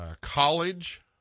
college